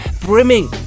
brimming